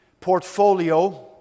portfolio